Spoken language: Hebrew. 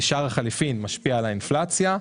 שער החליפין משפיע על האינפלציה,